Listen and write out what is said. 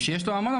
שיש לו המון,